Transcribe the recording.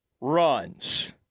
runs